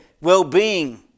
well-being